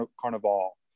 Carnival